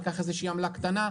ייקח איזה שהיא עמלה קטנה,